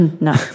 No